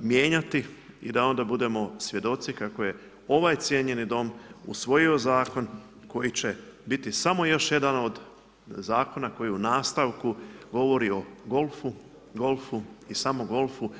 mijenjati i da onda budemo svjedoci kako je ovaj cijenjeni dom usvojio zakon koji će biti samo još jedan od zakona koji u nastavku govori o golfu, golfu i samo golfu.